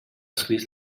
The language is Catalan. escrits